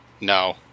No